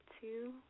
two